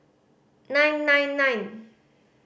nine nine nine